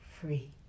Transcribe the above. free